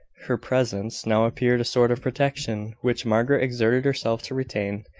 her presence now appeared a sort of protection, which margaret exerted herself to retain,